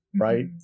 Right